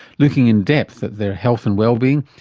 looking in depth at their health and wellbeing,